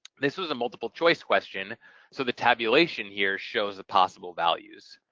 this was a multiple choice question so the tabulation here shows the possible values.